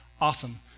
Awesome